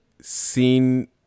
seen